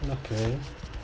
okay